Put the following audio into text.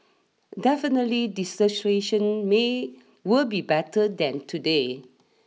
definitely the situation may will be better than today